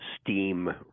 steam